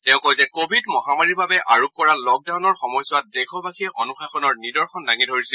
তেওঁ কয় যে কোৱিড মহামাৰীৰ বাবে আৰোপ কৰা লকডাউনৰ সময়ছোৱাত দেশবাসীয়ে অনুশাসনৰ নিদৰ্শন দাঙি ধৰিছিল